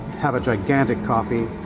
have a gigantic coffee,